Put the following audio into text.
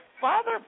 Father